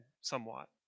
somewhat